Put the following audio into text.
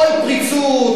פריצות,